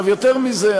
יותר מזה,